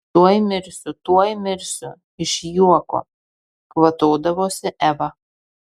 tuoj mirsiu tuoj mirsiu iš juoko kvatodavosi eva